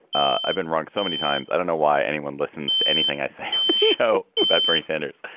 i've been wrong so many times i don't know why anyone listens to anything i say know about bernie sanders.